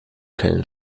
keinen